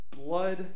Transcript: Blood